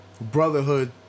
brotherhood